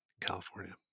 California